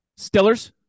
stillers